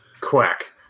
Quack